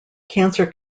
cancer